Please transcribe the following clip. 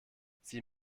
sie